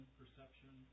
perception